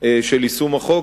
של יישום החוק,